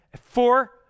four